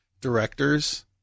directors